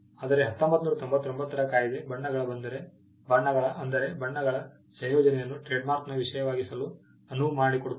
ಆದರೆ 1999 ರ ಕಾಯಿದೆ ಬಣ್ಣಗಳ ಅಂದರೆ ಬಣ್ಣಗಳ ಸಂಯೋಜನೆಯನ್ನು ಟ್ರೇಡ್ಮಾರ್ಕ್ನ ವಿಷಯವಾಗಿಸಲು ಅನುವು ಮಾಡಿಕೊಡುತ್ತದೆ